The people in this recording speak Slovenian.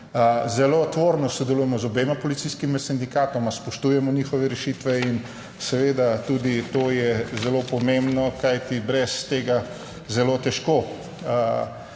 Zelo tvorno sodelujemo z obema policijskima sindikatoma, spoštujemo njihove rešitve in seveda tudi to je zelo pomembno, kajti brez tega zelo težko